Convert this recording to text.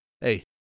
Hey